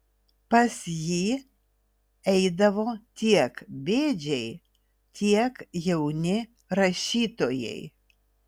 pas jį eidavo tiek bėdžiai tiek jauni rašytojai